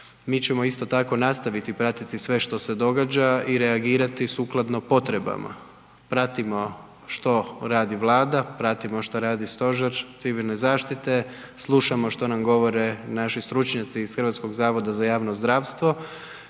Mi ćemo isto tako nastaviti pratiti sve što se događa i reagirati sukladno potrebama. Pratimo što radi Vlada, pratimo što radi Stožer civilne zaštite, slušamo što nam govore naši stručnjaci iz Hrvatskog zavoda za javno zdravstvo